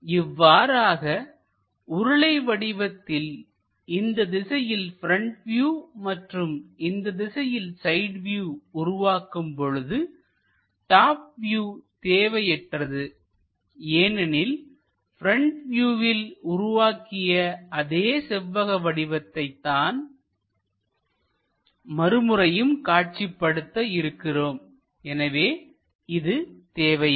இவ்வாறாக உருளை வடிவத்தில்இந்த திசையில் ப்ரெண்ட் வியூ மற்றும் இந்த திசையில் சைடு வியூ உருவாக்கும் பொழுதுடாப் வியூ தேவையற்றது ஏனெனில் ப்ரெண்ட் வியூவில் உருவாக்கிய அதே செவ்வக வடிவத்தை தான் மறுமுறையும் காட்சிப்படுத்த இருக்கிறோம் எனவே இது தேவையில்லை